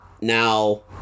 Now